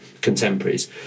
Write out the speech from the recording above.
contemporaries